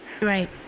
Right